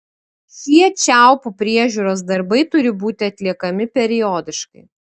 šie čiaupų priežiūros darbai turi būti atliekami periodiškai